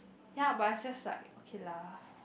ya but it's just like okay lah